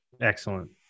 excellent